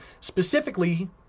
specifically